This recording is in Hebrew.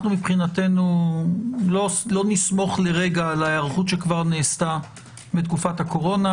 אנחנו מבחינתנו לא נסמוך לרגע על ההערכות של נעשתה בתקופת הקורונה.